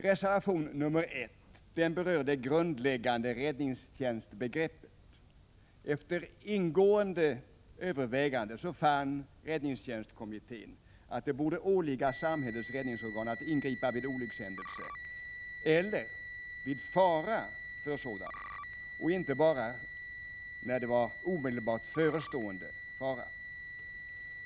Reservation 1 berör det grundläggande räddningstjänstbegreppet. Efter ingående överväganden fann räddningstjänstkommittén att det borde åligga samhällets räddningsorgan att ingripa vid olyckshändelse eller ”fara för” sådana, och inte bara när en sådan händelse bedöms vara omedelbart förestående.